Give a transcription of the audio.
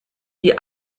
die